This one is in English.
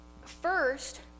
First